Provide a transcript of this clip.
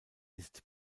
ist